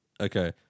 Okay